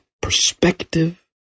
perspective